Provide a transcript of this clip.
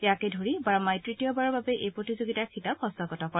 ইয়াকে ধৰি বাৰ্মাই তৃতীয়বাৰৰ বাবে এই প্ৰতিযোগিতাৰ খিতাপ হস্তগত কৰে